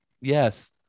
Yes